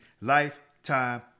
lifetime